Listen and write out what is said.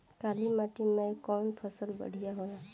काली माटी मै कवन फसल बढ़िया होला?